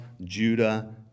Judah